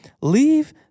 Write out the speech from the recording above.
leave